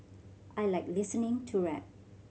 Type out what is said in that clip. I like listening to rap